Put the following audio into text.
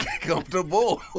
comfortable